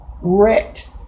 wrecked